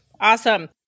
Awesome